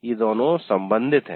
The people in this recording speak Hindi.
ये दोनों संबंधित हैं